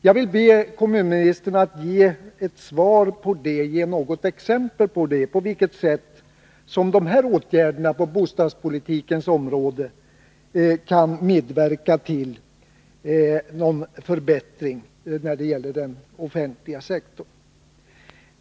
Jag vill be kommunministern att med något exempel svara, på vilket sätt dessa åtgärder på bostadspolitikens område kan medverka till någon förbättring när det gäller den offentliga sektorn.